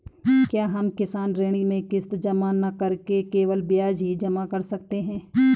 क्या हम किसान ऋण में किश्त जमा न करके केवल ब्याज ही जमा कर सकते हैं?